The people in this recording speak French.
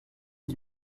dix